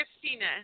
Christina